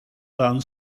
dan